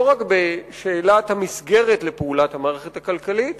לא רק בשאלת המסגרת לפעולת המערכת הכלכלית